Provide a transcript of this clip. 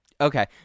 Okay